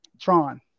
Tron